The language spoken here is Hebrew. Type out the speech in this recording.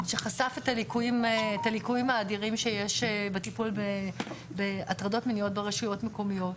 שחשף את הליקויים האדירים שיש בטיפול בהטרדות מיניות ברשויות מקומיות.